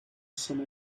some